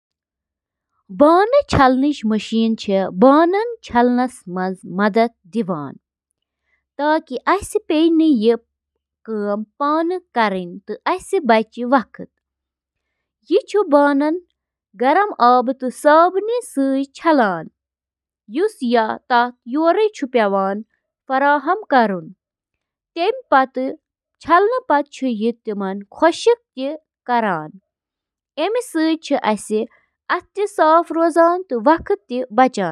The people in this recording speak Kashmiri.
واشنگ مِشیٖن چھِ واشر کہِ ناوٕ سۭتۍ تہِ زاننہٕ یِوان سۄ مِشیٖن یۄس گنٛدٕ پَلو چھِ واتناوان۔ اَتھ منٛز چھِ اکھ بیرل یَتھ منٛز پلو چھِ تھاونہٕ یِوان۔